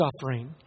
suffering